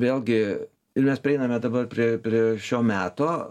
vėlgi ir mes prieiname dabar prie prie šio meto